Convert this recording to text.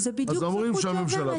אז אומרים שהממשלה,